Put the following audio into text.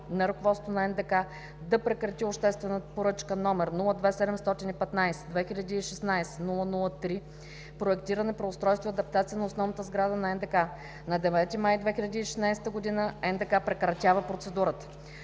на ръководството на НДК да прекрати обществената поръчка, № 02715-2016-0003 - „Проектиране, преустройство и адаптация на основната сграда на НДК“. На 9 май 2016 г. НДК прекратява процедурата.